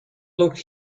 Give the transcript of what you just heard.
look